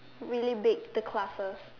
really big the classes